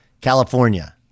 california